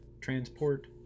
transport